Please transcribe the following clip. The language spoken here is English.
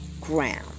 ground